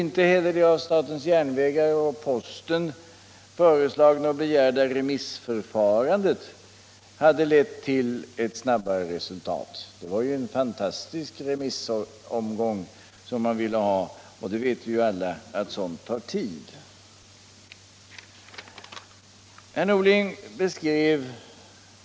Inte heller det av statens järnvägar och posten begärda remissförfarandet hade lett till ett snabbare resultat. Det var en fantastisk remissomgång man ville ha, och vi vet alla att sådant tar tid.